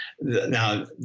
now